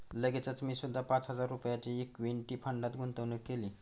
लगेचच मी सुद्धा पाच हजार रुपयांची इक्विटी फंडात गुंतवणूक केली